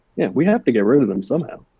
yeah, we have to get rid of them somehow.